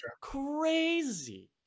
crazy